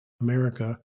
America